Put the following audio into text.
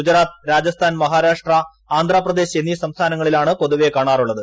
ഗുജറാത്ത് രാജസ്ഥാൻ മഹാരാഷ്ട്ര ആന്ധ്രാപ്രദേശ് എന്നീ സംസ്ഥാനങ്ങളി ലാണ് പൊതുവെ കാണാറുള്ളത്